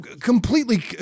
completely